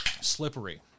Slippery